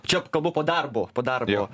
čia kalbu po darbo po darbo